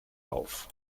auf